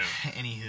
Anywho